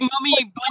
mummy